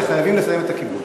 שחייבים לסיים את הכיבוש.